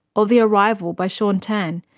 or the arrival by shaun tan,